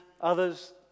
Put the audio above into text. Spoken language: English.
others